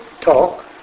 talk